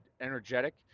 energetic